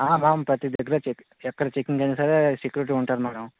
మేము ప్రతీ regular check ఎక్కడ చెకింగ్ అయినా సరే సెక్యురిటీ ఉంటారు మేడమ్